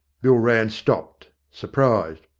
bill rann stopped, surprised.